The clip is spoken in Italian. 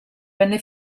venne